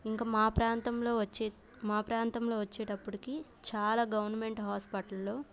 ఇంక మా ప్రాంతంలో వచ్చే మా ప్రాంతంలో వచ్చేటప్పటికీ చాలా గవర్నమెంట్ హాస్పటల్లో